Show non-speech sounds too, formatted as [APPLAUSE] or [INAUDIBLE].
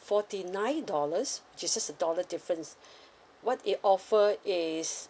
forty nine dollars it's just a dollar difference [BREATH] what it offer is